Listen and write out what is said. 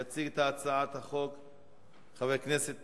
יציג את ההצעה חבר הכנסת